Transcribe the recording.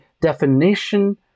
definition